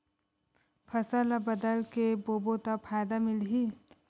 फसल ल बदल के बोबो त फ़ायदा मिलही?